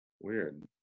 Weird